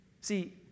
See